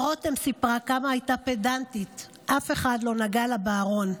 על רותם סיפרה כמה הייתה פדנטית, אף אחד לא נגע לה בארון,